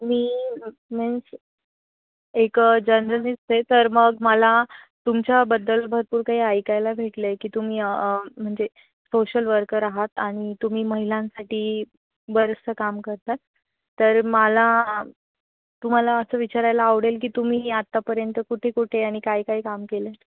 मी means एक journalist आहे तर मग मला तुमच्याबद्दल भरपूर काही ऐकायला भेटलं आहे की तुम्ही म्हणजे सोशल वर्कर आहात आणि तुम्ही महिलांसाठी बरंचसं काम करतात तर मला तुम्हाला असं विचारायला आवडेल की तुम्ही आत्तापर्यंत कुठे कुठे आणि काय काय काम केलं आहेत